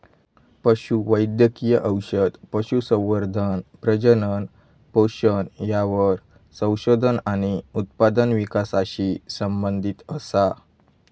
पशु वैद्यकिय औषध, पशुसंवर्धन, प्रजनन, पोषण यावर संशोधन आणि उत्पादन विकासाशी संबंधीत असा